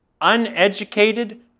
uneducated